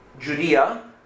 Judea